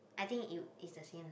I think you it's the same lah